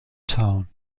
town